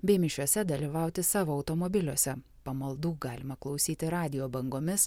bei mišiose dalyvauti savo automobiliuose pamaldų galima klausyti radijo bangomis